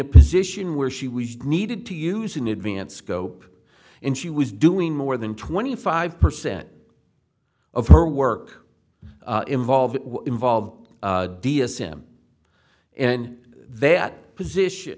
a position where she was needed to use in advance scope and she was doing more than twenty five percent of her work involved involved d s m and that position